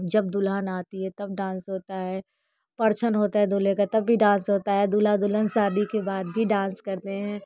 जब दुल्हन आती हैं तब डांस होता है परछन होता है दूल्हे का तब भी डांस होता है दूल्हा दुल्हन शादी के बाद भी डांस करते हैं